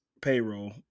payroll